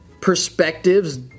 perspectives